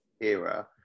era